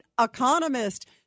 economist